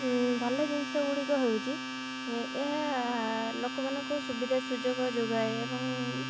ଭଲ ଜିନିଷଗୁଡ଼ିକ ହେଉଛି ଏହା ଲୋକମାନଙ୍କୁ ସୁବିଧା ସୁଯୋଗ ଯୋଗାଏ ଏବଂ